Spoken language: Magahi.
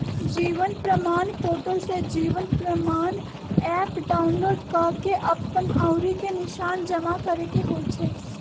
जीवन प्रमाण पोर्टल से जीवन प्रमाण एप डाउनलोड कऽ के अप्पन अँउरी के निशान जमा करेके होइ छइ